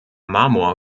marmor